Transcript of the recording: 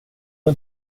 var